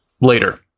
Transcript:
Later